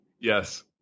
Yes